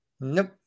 Nope